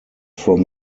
from